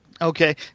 Okay